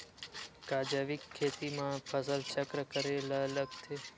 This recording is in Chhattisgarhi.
का जैविक खेती म फसल चक्र करे ल लगथे?